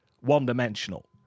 one-dimensional